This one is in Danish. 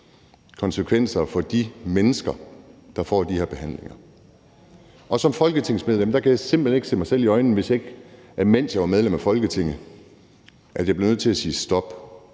konsekvenser for de mennesker, der får de her behandlinger. Som folketingsmedlem kunne jeg simpelt hen ikke se mig selv i øjnene, hvis ikke jeg, mens jeg var medlem af Folketinget, sagde stop.